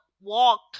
Walk